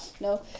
no